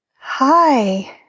Hi